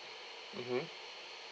mmhmm